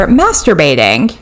masturbating